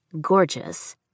gorgeous